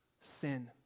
sin